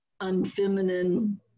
unfeminine